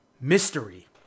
mystery